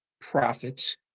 profits